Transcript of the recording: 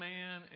Man